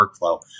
workflow